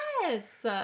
yes